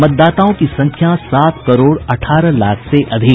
मतदाताओं की संख्या सात करोड़ अठारह लाख से अधिक